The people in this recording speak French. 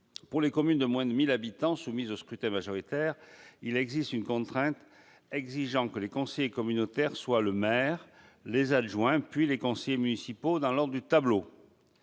Dans les communes de moins de 1 000 habitants, soumises au scrutin majoritaire, il existe une contrainte : les conseillers communautaires sont le maire, les adjoints, puis les conseillers municipaux dans l'ordre du tableau.